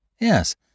Yes